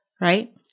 right